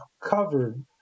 covered